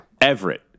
Everett